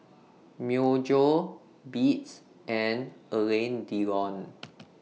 Myojo Beats and Alain Delon